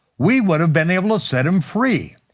we would have been able to set him free.